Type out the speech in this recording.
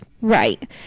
right